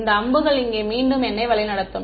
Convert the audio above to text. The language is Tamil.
இந்த அம்புகள் இங்கே மீண்டும் என்னை வழிநடத்தும்